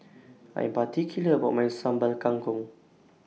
I'm particular about My Sambal Kangkong